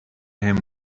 him